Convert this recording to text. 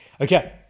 Okay